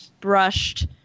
brushed